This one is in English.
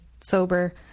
sober